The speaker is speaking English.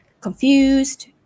confused